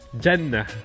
Jannah